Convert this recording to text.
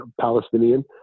Palestinian